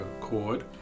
chord